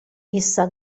essa